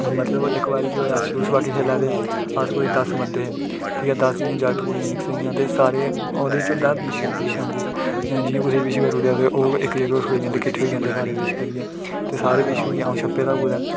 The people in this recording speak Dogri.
मतलब इक बारी केह् होआ अस छूह् छबाकी खेल्ला दे हे अस कोई दस्स बंदे हे ठीक ऐ दस्स इ'यां जागत कुड़ियां मिक्स हे इ'यां ते सारे ओह्दे च होंदा विश विश अमृत जि'यां कुसै गी विश करू ओड़ेआ ते ओह् इक्कै जगह पर खड़ोई जंदे किट्ठे होई जंदे सारे विश करियै ते सारे विश होइयै अ'ऊं छप्पे दा कुदै